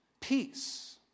peace